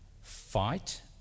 fight